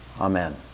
Amen